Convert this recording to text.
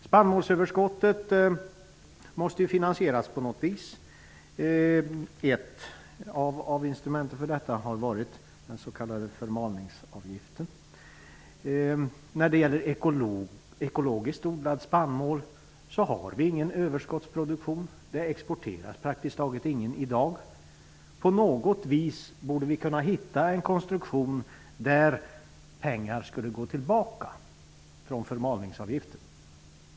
Spannmålsöverskottet måste finansieras på något vis. Ett av instrumenten för detta har varit den s.k. förmalningsavgiften. Av ekologiskt odlad spannmål finns det ingen överproduktion. Det exporteras i dag praktiskt taget ingenting. På något vis borde vi kunna hitta en konstruktion, där pengar från förmalningsavgiften skulle kunna gå tillbaka.